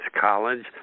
college